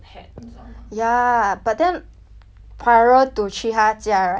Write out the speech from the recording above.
prior to 去她家 right I used to be really really scared of cats